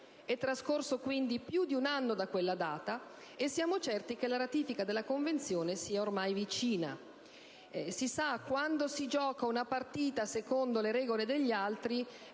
È trascorso più di un anno da quella data e siamo certi che la ratifica della Convenzione sia ormai vicina. Come si sa, quando si gioca una partita secondo le regole fissate